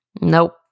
Nope